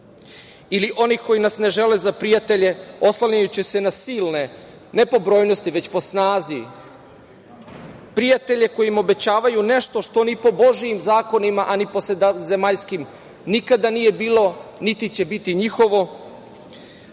Ili onih koji nas ne žele za prijatelje, oslanjajući se na silne, ne po brojnosti, već po snazi, prijatelje im obećavaju nešto što ni po Božijim zakonima, a ni po zemaljskim nikada nije bilo, niti će biti njihovo,